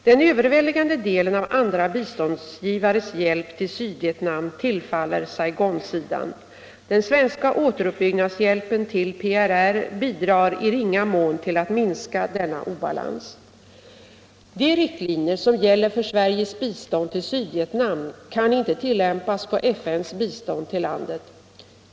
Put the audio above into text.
Den överväldigande delen av andra biståndsgivares hjälp till Sydvietnam tillfaller Saigonsidan. Den svenska återuppbyggnadshjälpen till PRR bidrar i ringa mån till att minska denna obalans. De riktlinjer som gäller för Sveriges bistånd till Sydvietnam kan inte tillämpas på FN:s bistånd till landet.